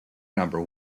number